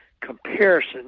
comparison